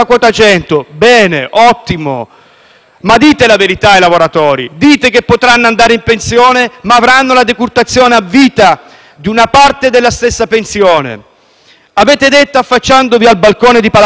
ma dite la verità ai lavoratori, spiegando loro che potranno andare in pensione, ma avranno la decurtazione a vita di una parte della stessa pensione. Avete detto, affacciandovi al balcone di Palazzo Chigi, che avete abolito la povertà: